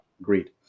agreed